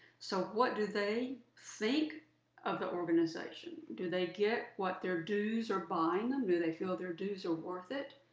so what do they think of the organization? do they get what their dues are buying them, do they feel their dues are worth it?